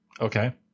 Okay